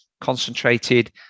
concentrated